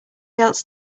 else